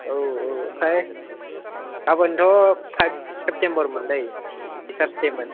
आव आव आमफ्राय गाबोन थ फाइभ सेप्तेम्बर मोनलै टीचार्स दे मोन